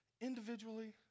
individually